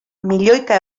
milioika